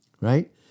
Right